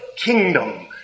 kingdom